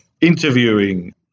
interviewing